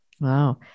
Wow